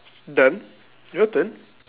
done your turn